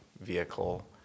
vehicle